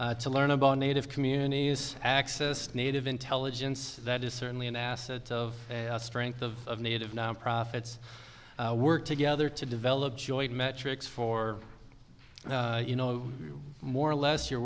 to learn about native communities access native intelligence that is certainly an asset of strength of native non profits work together to develop joint metrics for you know more or less you're